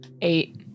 Eight